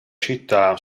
città